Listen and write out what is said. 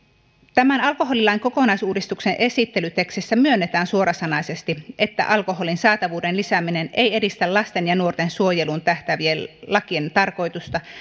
tämän alkoholilain kokonaisuudistuksen esittelytekstissä myönnetään suorasanaisesti että alkoholin saatavuuden lisääminen ei edistä lasten ja nuorten suojeluun tähtäävien lakien tarkoitusta